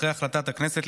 אחרי החלטת הכנסת,